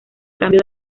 cambio